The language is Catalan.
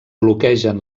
bloquegen